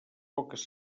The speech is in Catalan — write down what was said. poques